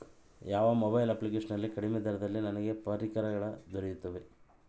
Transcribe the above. ಯಾವ mobile application ನಲ್ಲಿ ಕಡಿಮೆ ದರದಲ್ಲಿ ನನಗೆ ಪರಿಕರಗಳು ದೊರೆಯುತ್ತವೆ?